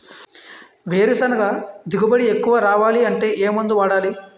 వేరుసెనగ దిగుబడి ఎక్కువ రావాలి అంటే ఏ మందు వాడాలి?